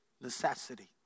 necessity